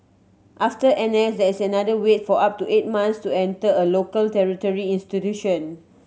after N S there is another wait of up to eight months to enter a local tertiary institution